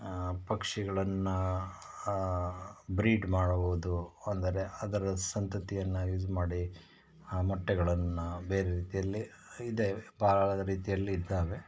ಪಕ್ಷಿಗಳನ್ನು ಬ್ರೀಡ್ ಮಾಡಬಹುದು ಅಂದರೆ ಅದರ ಸಂತತಿಯನ್ನು ಯೂಸ್ ಮಾಡಿ ಮೊಟ್ಟೆಗಳನ್ನು ಬೇರೆ ರೀತಿಯಲ್ಲಿ ಇದೆ ಭಾಳ ರೀತಿಯಲ್ಲಿ ಇದ್ದಾವೆ